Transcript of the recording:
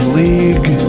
league